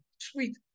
Sweet